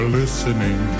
listening